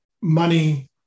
money